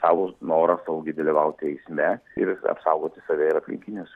savo norą saugiai dalyvauti eisme ir apsaugoti save ir aplinkinius